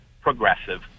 progressive